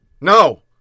No